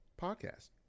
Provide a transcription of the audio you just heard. podcast